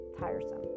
tiresome